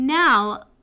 Now